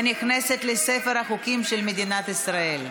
ונכנסת לספר החוקים של מדינת ישראל.